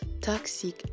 toxic